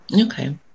Okay